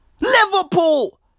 Liverpool